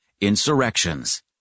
insurrections